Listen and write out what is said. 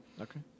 Okay